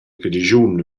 grischun